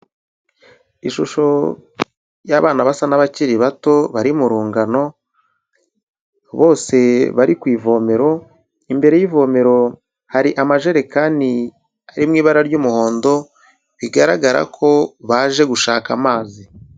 Ishusho y'abana basa n'abakiri bato bari mu rungano, bose bari ku ivomero, imbere y'ivomero hari amajerekani ari mu ibara ry'umuhondo, bigaragara ko baje gushaka amazi.